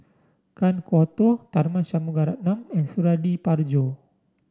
Kan Kwok Toh Tharman Shanmugaratnam and Suradi Parjo